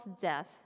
death